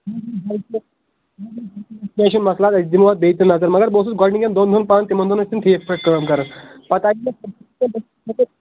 مَکلان أسۍ دِمو اَتھ بیٚیہِ تہِ نظر مگر بہٕ اوسُس گۄڈنِکٮ۪ن دۄن دۄہن پانہٕ تِمَن دۄہن أسۍ تِم ٹھیٖک پأٹھۍ کٲم کَران پَتہٕ